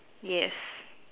yes